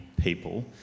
people